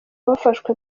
bafashwe